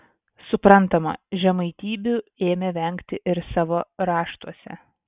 suprantama žemaitybių ėmė vengti ir savo raštuose